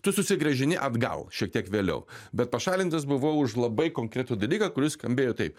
tu susigrąžini atgal šiek tiek vėliau bet pašalintas buvau už labai konkretų dalyką kuris skambėjo taip